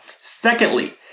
Secondly